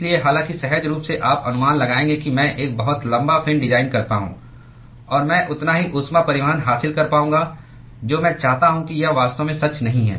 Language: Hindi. इसलिए हालांकि सहज रूप से आप अनुमान लगाएंगे कि मैं एक बहुत लंबा फिन डिजाइन करता हूं और मैं उतना ही ऊष्मा परिवहन हासिल कर पाऊंगा जो मैं चाहता हूं कि यह वास्तव में सच नहीं है